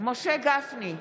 משה גפני,